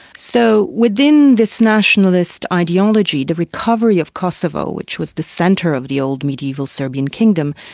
so within this nationalist ideology, the recovery of kosovo, which was the centre of the old mediaeval serbian kingdom,